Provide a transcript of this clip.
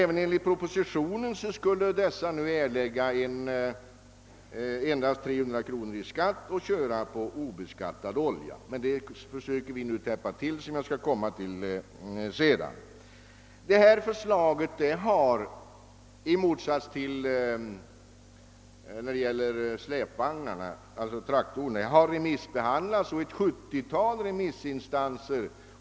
Även enligt propositionen skulle för dessa fordon erläggas endast 300 kronor i skatt och de skulle köras på obeskattad olja. Det kryphålet försöker vi nu täppa till, vilket jag skall återkomma till. Förslaget om traktorskatten har, i motsats till förslaget om skatten på släpvagnar, behandlats av ett 70-tal remissinstanser.